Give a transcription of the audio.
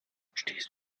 stehst